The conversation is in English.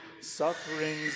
sufferings